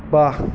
বাঁ